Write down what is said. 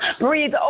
Breathe